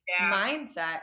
mindset